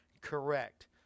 correct